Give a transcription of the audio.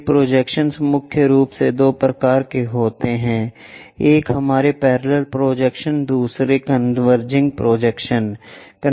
ये प्रोजेक्शन्स मुख्य रूप से दो प्रकार के होते हैं एक हमारे पैरेलल प्रोजेक्शन्स दूसरे कन्वर्जिंग प्रोजेक्शन्स हैं